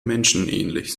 menschenähnlich